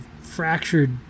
fractured